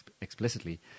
explicitly